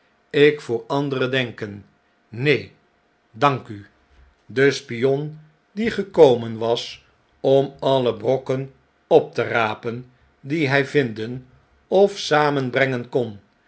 ik voor anderen denken neen dank u de spion die gekomen was om alle brokken op te rapen die hij vinden of samenbrengen kon